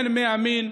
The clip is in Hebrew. הן מימין,